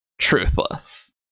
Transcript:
truthless